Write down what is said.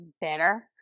better